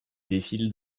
défilent